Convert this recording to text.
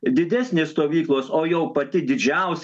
didesnės stovyklos o jau pati didžiausia